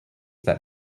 that